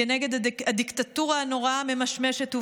נגד הדיקטטורה הנוראה הממשמשת ובאה.